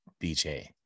BJ